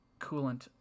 coolant